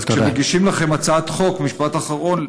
משפט אחרון.